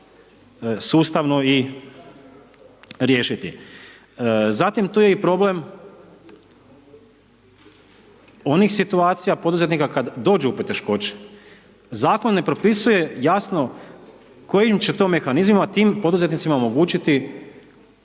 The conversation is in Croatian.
sustavno riješiti. Zatim tu je i problem onih situacija poduzetnika kada dođu u poteškoće, zakon ne propisuje jasno kojim će to mehanizmima tim poduzetnicima omogućit